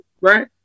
right